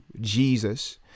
Jesus